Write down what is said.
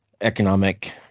economic